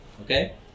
okay